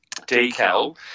decal